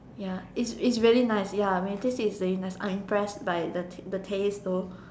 ya it's it's really nice ya when you taste it it's very nice I'm impressed by the the taste though